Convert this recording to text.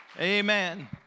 Amen